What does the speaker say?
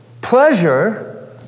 Pleasure